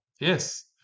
yes